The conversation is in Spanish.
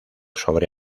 sobre